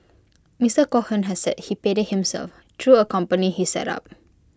Mister Cohen has said he paid IT himself through A company he set up